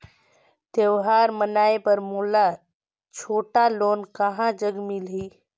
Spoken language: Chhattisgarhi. त्योहार मनाए बर मोला छोटा लोन कहां जग मिलही?